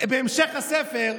בהמשך הספר,